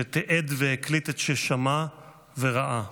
שתיעד והקליט את ששמע וראה: